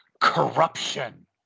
corruption